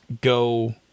go